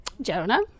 Jonah